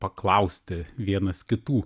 paklausti vienas kitų